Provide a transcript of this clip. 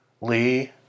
Lee